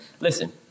listen